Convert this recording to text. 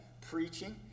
preaching